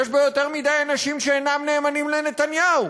יש בו יותר מדי אנשים שאינם נאמנים לנתניהו.